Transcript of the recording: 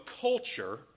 culture